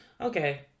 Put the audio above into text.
okay